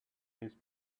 his